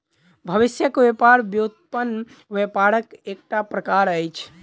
भविष्यक व्यापार व्युत्पन्न व्यापारक एकटा प्रकार अछि